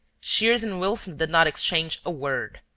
shears and wilson did not exchange a word.